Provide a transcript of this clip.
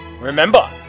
Remember